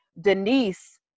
Denise